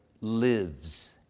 lives